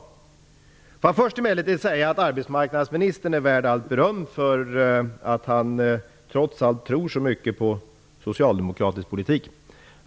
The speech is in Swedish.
Jag vill först emellertid säga att arbetsmarknadsministern är värd allt beröm för att han trots allt tror så mycket på socialdemokratisk politik.